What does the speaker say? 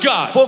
God